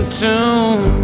tune